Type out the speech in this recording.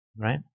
Right